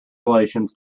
relations